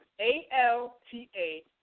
A-L-T-A